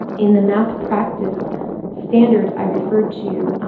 in the math practice standards i referred to,